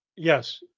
Yes